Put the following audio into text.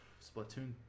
Splatoon